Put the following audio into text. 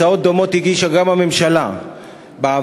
הצעות דומות הגישה גם הממשלה בעבר,